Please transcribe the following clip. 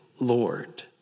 Lord